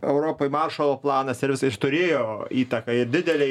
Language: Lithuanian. europai maršalo planas ir jis turėjo įtaką ir didelę